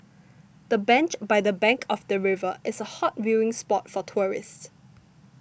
the bench by the bank of the river is a hot viewing spot for tourists